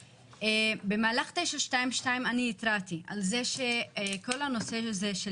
במהלך 922 אני התרעתי על זה שכל הנושא הזה של